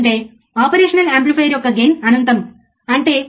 కాబట్టి ఇది ఈ ప్రత్యేకమైన మాడ్యూల్ యొక్క ముగింపు